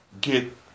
get